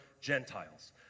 Gentiles